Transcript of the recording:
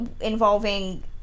involving